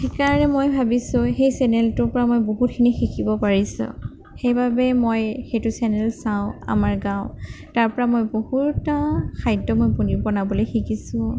সেইকাৰণে মই ভাবিছোঁ সেই চেনেলটোৰ পৰা মই বহুতখিনি শিকিব পাৰিছোঁ সেইবাবে মই সেইটো চেনেল চাওঁ আমাৰ গাঁও তাৰপৰা মই বহুতো খাদ্য মই বনাবলৈ শিকিছোঁ